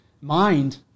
mind